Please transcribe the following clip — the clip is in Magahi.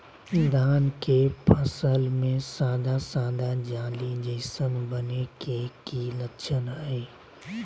धान के फसल में सादा सादा जाली जईसन बने के कि लक्षण हय?